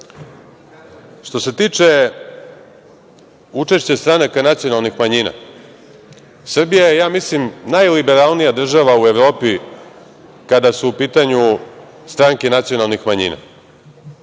se tiče učešća stranaka nacionalnih manjina, Srbija je, ja mislim, najliberalnija država u Evropi kada su u pitanju stranke nacionalnih manjina